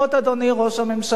אדוני ראש הממשלה.